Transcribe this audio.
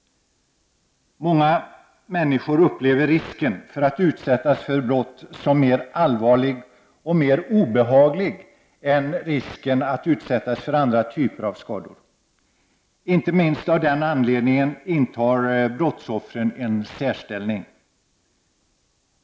Många människor upplever risken att utsättas för brott som mer allvarlig och mer obehaglig än risken att utsättas för andra typer av skador. Inte minst av den anledningen intar brottsoffren en särställning.